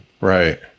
Right